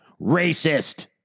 Racist